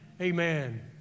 Amen